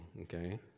Okay